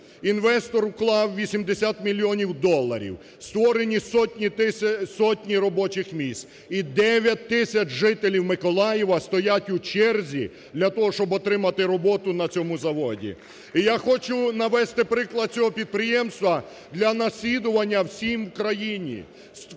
Інвестор вклав 80 мільйонів доларів, створені сотні робочих місць і 9 тисяч жителів Миколаєва стоять у черзі для того, щоб отримати роботу на цьому заводі. І я хочу навести приклад цього підприємства для наслідування всім в країні,